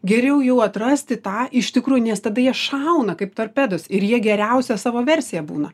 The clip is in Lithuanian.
geriau jau atrasti tą iš tikrų nes tada jie šauna kaip torpedos ir jie geriausia savo versija būna